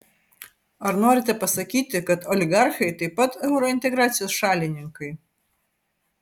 ar norite pasakyti kad oligarchai taip pat eurointegracijos šalininkai